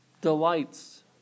delights